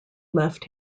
left